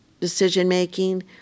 decision-making